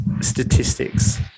statistics